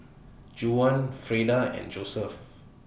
Juwan Frieda and Joesph